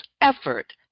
effort